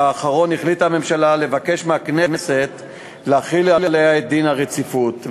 האחרון החליטה הממשלה לבקש מהכנסת להחיל עליה את דין הרציפות,